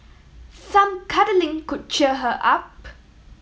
some cuddling could cheer her up